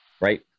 right